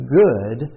good